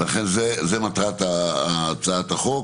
זו מטרת הצעת החוק.